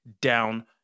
down